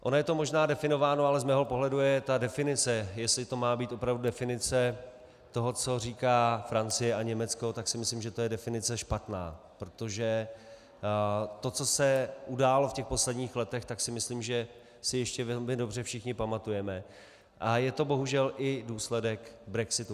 Ono je to možná definováno, ale z mého pohledu je ta definice, jestli to má být opravdu definice toho, co říká Francie a Německo, tak si myslím, že to je definice špatná, protože to, co se událo v posledních letech, tak si myslím, že si ještě velmi dobře všichni pamatujeme, a je to bohužel i důsledek brexitu.